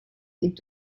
est